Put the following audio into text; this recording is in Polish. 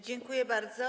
Dziękuję bardzo.